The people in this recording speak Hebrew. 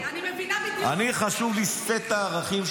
--- אדוני, אבל הוא צודק --- הם לא אשכנזים.